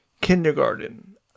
kindergarten